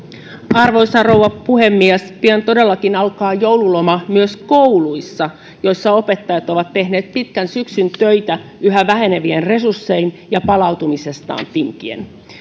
arvoisa rouva puhemies pian todellakin alkaa joululoma myös kouluissa joissa opettajat ovat tehneet pitkän syksyn töitä yhä vähenevin resursseihin ja palautumisestaan tinkien